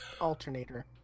Alternator